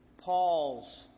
Paul's